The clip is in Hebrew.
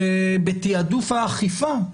שבתעדוף האכיפה,